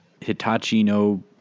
Hitachino